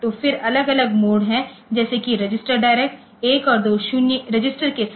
तो फिर अलग अलग मोड हैं जैसे कि रजिस्टर डायरेक्ट 1 और 2 रजिस्टर के साथ